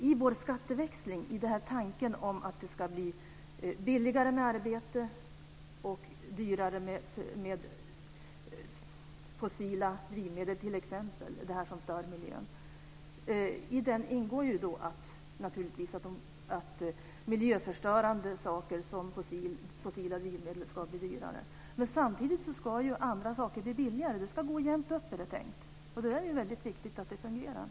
I vår skatteväxling, tanken att arbete ska beskattas lägre och att t.ex. fossila drivmedel som stör miljön ska få högre skatt, ingår att miljöförstörande produkter som fossila drivmedel ska bli dyrare. Men samtidigt ska andra saker bli billigare. Det är tänkt att det ska gå jämnt upp. Det är väldigt viktigt att detta fungerar.